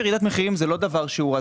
ירידת מחירים היא לא דבר רע,